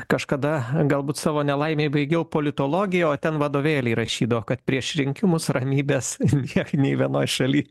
kažkada galbūt savo nelaimei baigiau politologiją o ten vadovėly rašydavo kad prieš rinkimus ramybės nie nei vienoj šaly